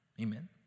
Amen